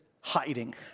hiding